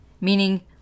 meaning